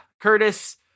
Curtis